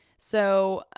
so,